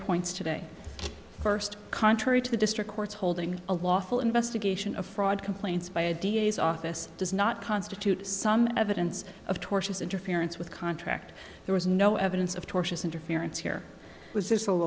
points today first contrary to the district court's holding a lawful investigation of fraud complaints by a d a s office does not constitute some evidence of tortious interference with contract there was no evidence of tortious interference here was this